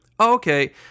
okay